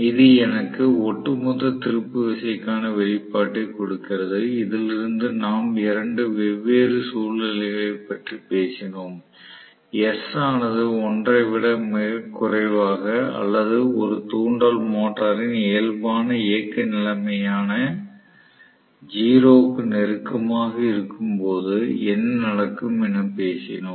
இது எனக்கு ஒட்டுமொத்த திருப்பு விசைக்கான வெளிப்பாட்டைக் கொடுக்கிறது இதிலிருந்து நாம் 2 வெவ்வேறு சூழ்நிலைகளைப் பற்றிப் பேசினோம் s ஆனது 1 ஐ விட மிகக் குறைவாக அல்லது ஒரு தூண்டல் மோட்டரின் இயல்பான இயக்க நிலைமையான 0 க்கு நெருக்கமாக இருக்கும்போது என்ன நடக்கும் என பேசினோம்